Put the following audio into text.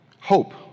hope